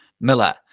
Miller